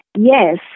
Yes